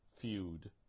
feud